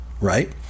Right